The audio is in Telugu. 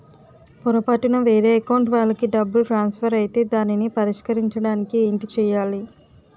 పొరపాటున వేరే అకౌంట్ వాలికి డబ్బు ట్రాన్సఫర్ ఐతే దానిని పరిష్కరించడానికి ఏంటి చేయాలి?